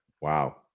Wow